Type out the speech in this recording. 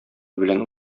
белән